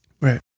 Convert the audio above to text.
Right